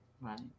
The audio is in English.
right